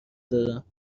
دارم